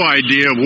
idea